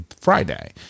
Friday